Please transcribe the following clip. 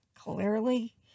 Clearly